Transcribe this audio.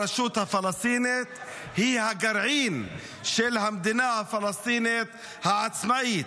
הרשות הפלסטינית היא הגרעין של המדינה הפלסטינית העצמאית.